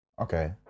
Okay